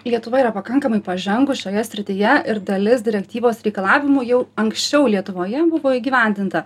lietuva yra pakankamai pažengus šioje srityje ir dalis direktyvos reikalavimų jau anksčiau lietuvoje buvo įgyvendinta